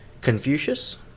Confucius